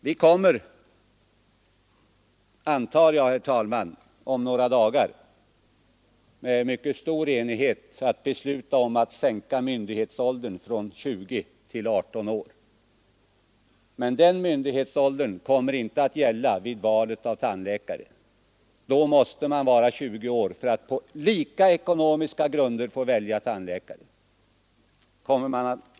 Vi kommer, antar jag, herr talman, om några dagar att med mycket stor enighet besluta om att sänka myndighetsåldern från 20 till 18 år. Men den myndighetsåldern kommer inte att gälla vid valet av tandläkare. Då måste man vara 20 år för att på lika ekonomiska grunder få välja tandläkare.